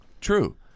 true